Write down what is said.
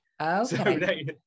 Okay